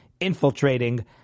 infiltrating